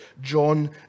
John